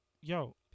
Yo